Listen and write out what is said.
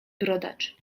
brodacz